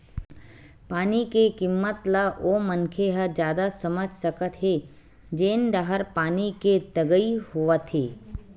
पानी के किम्मत ल ओ मनखे ह जादा समझ सकत हे जेन डाहर पानी के तगई होवथे